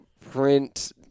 print